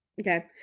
Okay